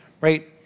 right